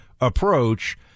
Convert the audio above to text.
approach